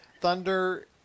Thunder